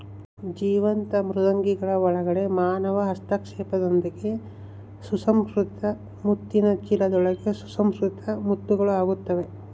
ಜೀವಂತ ಮೃದ್ವಂಗಿಗಳ ಒಳಗಡೆ ಮಾನವ ಹಸ್ತಕ್ಷೇಪದೊಂದಿಗೆ ಸುಸಂಸ್ಕೃತ ಮುತ್ತಿನ ಚೀಲದೊಳಗೆ ಸುಸಂಸ್ಕೃತ ಮುತ್ತುಗಳು ಆಗುತ್ತವೆ